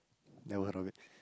never heard of it